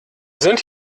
sind